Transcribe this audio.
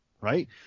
Right